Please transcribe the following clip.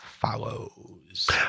Follows